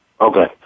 Okay